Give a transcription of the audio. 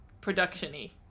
production-y